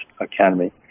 academy